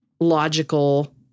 logical